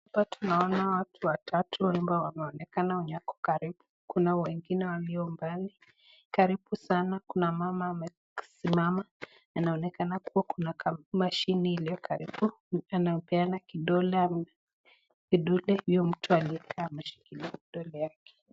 Hapa tunaona watu watatu ,wengi wanaonekana wenye wako karibu .Kuna weng8ne walio ndani . Karibu sana Kuna mama aliyesimama . Inaonekana Kuna machine iliyo karibu , anapeana kidole kwenye kidude huyo mtu aliyekaa ameshikiliwa kwenye mikono yake .